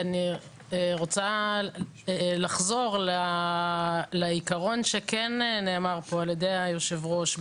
אני רוצה לחזור לעיקרון שכן נאמר כאן על ידי היושב ראש.